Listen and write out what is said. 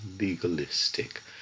legalistic